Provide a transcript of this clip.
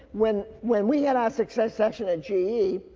when, when we had our success session at ge,